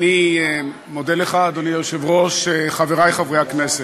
אדוני היושב-ראש, אני מודה לך, חברי חברי הכנסת,